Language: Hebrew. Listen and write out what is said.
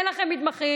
אין לכם מתמחים?